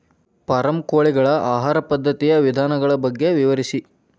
form ಕೋಳಿಗಳ ಆಹಾರ ಪದ್ಧತಿಯ ವಿಧಾನಗಳ ಬಗ್ಗೆ ವಿವರಿಸಿ